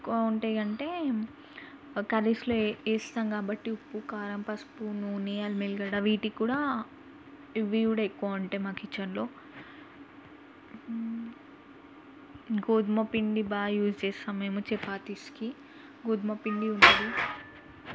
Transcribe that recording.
ఎక్కువ ఉంటాయి అంటే కర్రీస్లో వేస్తాము కాబట్టి ఉప్పు కారం పసుపు నూనె అల్లం వెల్లిగడ్డ వీటికి కూడా ఇవి కూడా ఎక్కువుంటాయి మా కిచెన్లో గోధుమపిండి బాగా యూజ్ చేస్తాము మేము చపాతీస్కి గోధుమపిండి ఉంటది